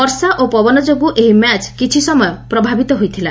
ବର୍ଷା ଓ ପବନ ଯୋଗୁଁ ଏହି ମ୍ୟାଚ୍ ପ୍ରଭାବିତ ହୋଇଥିଲା